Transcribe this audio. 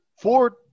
Ford